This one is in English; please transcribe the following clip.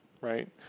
right